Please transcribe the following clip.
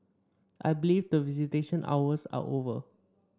I believe that visitation hours are over